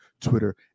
Twitter